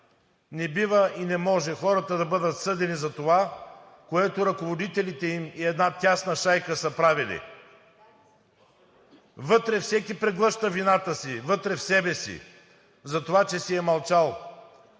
Не бива и не може хората да бъдат съдени за това, което ръководителите им и една тясна шайка са правили. Вътре всеки преглъща вината си – вътре в себе си, за това, че си е мълчал,